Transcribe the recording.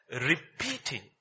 repeating